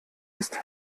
ist